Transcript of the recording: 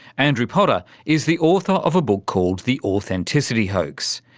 andrew potter is the author of a book called the authenticity hoax.